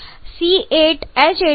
C8H18 a O2 3